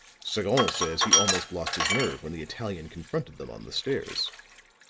sagon says he almost lost his nerve when the italian confronted them on the stairs.